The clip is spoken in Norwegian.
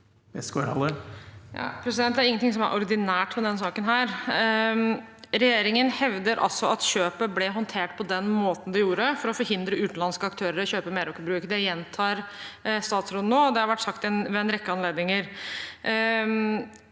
Westgaard-Halle (H) Det er ingen- ting som er ordinært med denne saken. Regjeringen hevder altså at kjøpet ble håndtert på den måten det gjorde, for å forhindre utenlandske aktører i å kjøpe Meraker Brug. Det gjentar statsråden nå, og det har vært sagt ved en rekke anledninger.